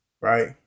right